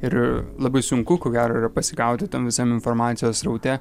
ir labai sunku ko gero yra pasigauti tam visam informacijos sraute